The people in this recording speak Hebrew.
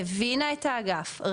הבינה את האגף,